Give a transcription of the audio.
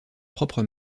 propre